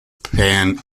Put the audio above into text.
pan